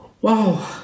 Wow